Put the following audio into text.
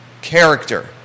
character